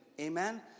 Amen